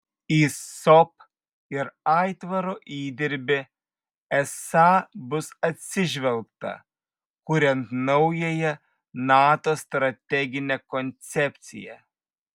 į sop ir aitvaro įdirbį esą bus atsižvelgta kuriant naująją nato strateginę koncepciją